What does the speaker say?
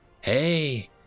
Hey